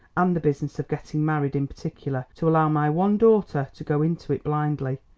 and the business of getting married in particular, to allow my one daughter to go into it blindly.